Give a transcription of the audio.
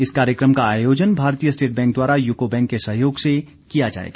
इस कार्यक्रम का आयोजन भारतीय स्टेट बैंक द्वारा यूको बैंक के सहयोग से किया जाएगा